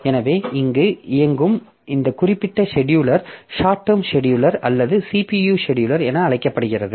எனவே இங்கு இயங்கும் இந்த குறிப்பிட்ட செடியூலர் ஷார்ட் டெர்ம் செடியூலர் அல்லது CPU செடியூலர் என அழைக்கப்படுகிறது